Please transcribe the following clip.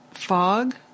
fog